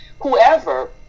whoever